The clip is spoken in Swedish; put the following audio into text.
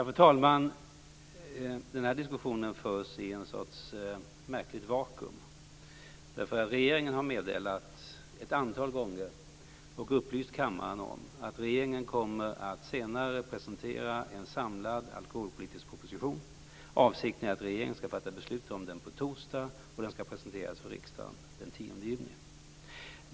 Fru talman! Den här diskussionen förs i en sorts märkligt vakuum. Regeringen har ju ett antal gånger meddelat, och även upplyst kammaren om, att regeringen senare kommer att presentera en samlad alkoholpolitisk proposition. Avsikten är att regeringen skall fatta beslut om den på torsdag. Den 10 juni skall den presenteras för riksdagen.